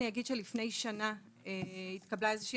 אני אגיד שלפני שנה התקבלה איזושהי